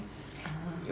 ah